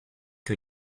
que